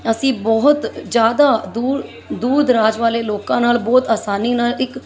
ਅਸੀਂ ਬਹੁਤ ਜ਼ਿਆਦਾ ਦੂਰ ਦੂਰ ਦਰਾਜ ਵਾਲੇ ਲੋਕਾਂ ਨਾਲ ਬਹੁਤ ਆਸਾਨੀ ਨਾਲ ਇੱਕ